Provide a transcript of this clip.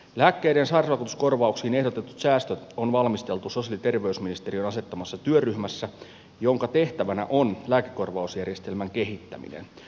lääkkeiden sairausvakuutuskorvauksiin ehdotetut säästöt on valmisteltu sosiaali ja terveysministeriön asettamassa työryhmässä jonka tehtävänä on lääkekorvausjärjestelmän kehittäminen